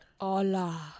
Hola